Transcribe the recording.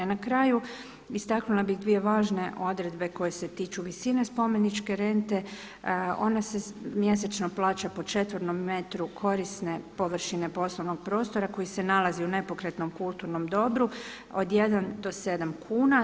A na kraju istaknula bih dvije važne odredbe koje se tiču visine spomeničke rente, ona se mjesečno plaća po četvrnom metru korisne površine poslovnog prostora koji se nalazi u nepokretnom kulturnom dobru od 1 do 7 kuna.